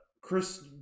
Chris